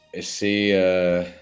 c'est